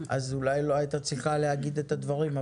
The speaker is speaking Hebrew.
אולי היא לא הייתה צריכה להגיד את הדברים.